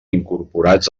incorporats